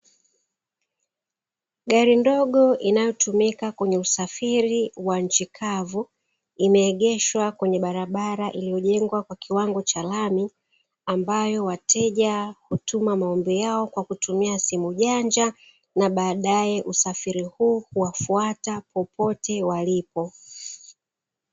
Gari ndogo inayotumika kwenye usafiri wa nchi kavu, imeegeshwa kwenye barabara iliyojengwa kwa kiwango cha lami, ambayo wateja utuma maombi yao kwa kutumia simu janja na baadae usafiri huu huwafata popote walipo.